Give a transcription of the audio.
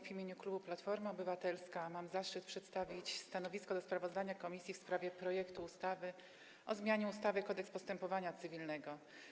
W imieniu klubu Platforma Obywatelska mam zaszczyt przedstawić stanowisko odnośnie do sprawozdania komisji w sprawie projektu ustawy o zmianie ustawy Kodeks postępowania cywilnego.